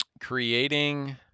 creating